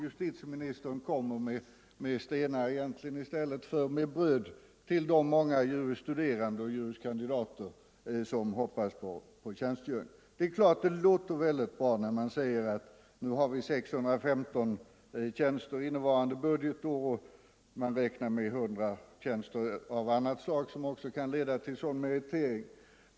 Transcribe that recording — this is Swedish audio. Justitieministern kommer med stenar i stället för bröd till de många juris studerande och juris kandidater som hoppas på tjänstgöring. Det är klart att det låter väldigt bra när man säger att vi innevarande budgetår har 615 tjänster och att man räknar med 100 tjänster av annat 24 slag som också kan leda till sådan meritering.